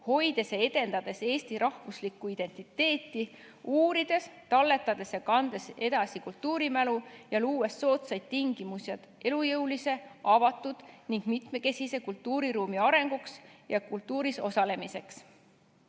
hoides ja edendades eesti rahvuslikku identiteeti, uurides, talletades ja kandes edasi kultuurimälu ja luues soodsad tingimused elujõulise, avatud ning mitmekesise kultuuriruumi arenguks ja kultuuris osalemiseks.